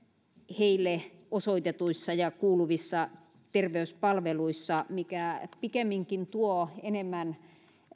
heille osoitetuissa ja kuuluvissa terveyspalveluissa mikä pikemminkin tuo enemmän